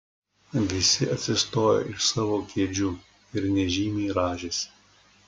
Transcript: visi atsistojo iš savo kėdžių ir nežymiai rąžėsi